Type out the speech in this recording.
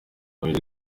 noella